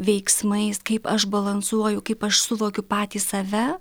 veiksmais kaip aš balansuoju kaip aš suvokiu patį save